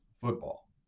football